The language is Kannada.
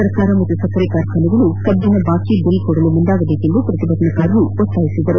ಸರಕಾರ ಮತ್ತು ಸಕ್ಕರೆ ಕಾರ್ಖಾನೆಗಳು ಕಬ್ಬಿನ ಬಾಕಿ ಬಿಲ್ ಕೊಡಲು ಮುಂದಾಗಬೇಕೆಂದು ಪ್ರತಿಭಟನಾಕಾರರು ಒತ್ತಾಯಿಸಿದರು